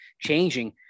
changing